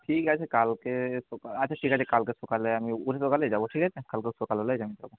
ঠিক আছে কালকে সকা আচ্ছা ঠিক আছে কালকে সকালে আমি উঠে সকালে যাবো ঠিক আছে কালকে ও সকালবেলায় জানিয়ে দেব